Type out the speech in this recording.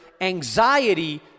anxiety